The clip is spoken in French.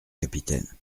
capitaine